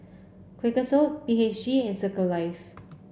Quakers Oat B H G and Circle Life